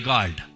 God